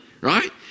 right